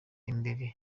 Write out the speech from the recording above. imbere